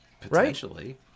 Potentially